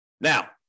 Now